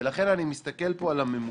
ולכן אני מסתכל פה על הממוצעים,